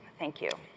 thank you.